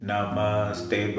Namaste